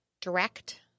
Direct